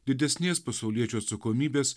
didesnės pasauliečių atsakomybės